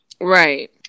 Right